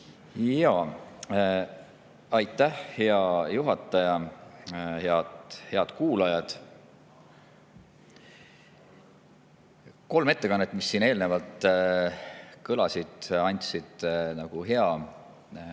Aitäh, hea juhataja! Head kuulajad! Kolm ettekannet, mis siin eelnevalt kõlasid, andsid nagu hea aluse,